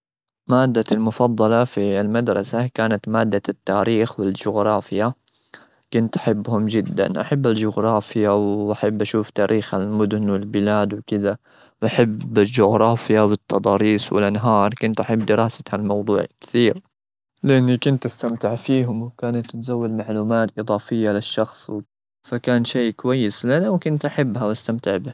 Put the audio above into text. مادتي المفضلة في المدرسة كانت مادة التاريخ والجغرافيا. كنت أحبهم جدا، أحب الجغرافيا وأحب أشوف تاريخ المدن والبلاد وكذا. وأحب الجغرافيا والتضاريس والأنهار. كنت أحب دراسة هالموضوع كثير. لأني كنت أستمتع فيهم، وكانت تزود معلومات إضافية للشخص، فكان شيء كويس لنا. وكنت أحبها وأستمتع بها.